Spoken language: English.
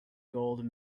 gold